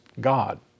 God